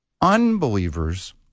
Unbelievers